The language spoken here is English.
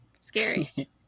Scary